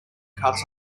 cuts